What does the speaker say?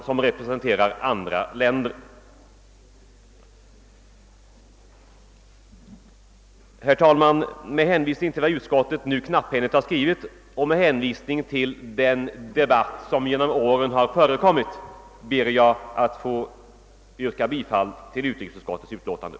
Herr talman! Med hänvisning till vad utskottet knapphändigt skrivit och till den debatt som under åren förekommit i denna fråga ber jag att få yrka bifall till utrikesutskottets hemställan.